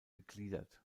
gegliedert